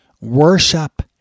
worship